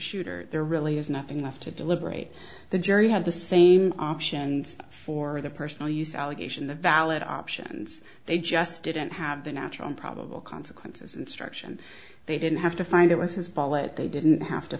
shooter there really is nothing left to deliberate the jury had the same option and for the personal use allegation the valid options they just didn't have the natural probable consequences instruction they didn't have to find it was his ball it they didn't have to